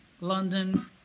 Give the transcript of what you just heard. London